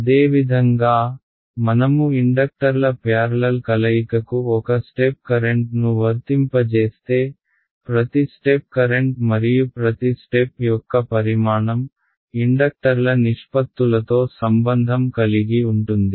అదేవిధంగా మనము ఇండక్టర్ల ప్యార్లల్ కలయికకు ఒక స్టెప్ కరెంట్ను వర్తింపజేస్తే ప్రతి స్టెప్ కరెంట్ మరియు ప్రతి స్టెప్ యొక్క పరిమాణం ఇండక్టర్ల నిష్పత్తులతో సంబంధం కలిగి ఉంటుంది